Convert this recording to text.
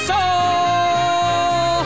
Soul